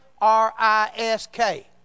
R-I-S-K